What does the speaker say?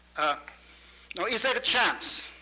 ah you know is there a chance